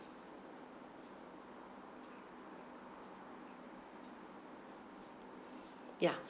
ya